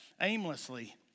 aimlessly